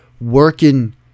working